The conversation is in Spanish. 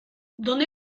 dónde